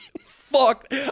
fuck